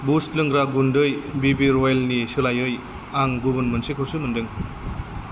boost लोंग्रा गुन्दै बि बि रयेलनि सोलायै आं गुबुन मोनसेखौसो मोनदों